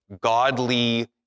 godly